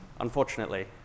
unfortunately